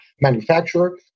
manufacturer